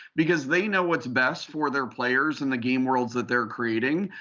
because they know what's best for their players in the game worlds that they're creating.